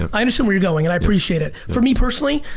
and i understood where you're going and i appreciate it. for me personally,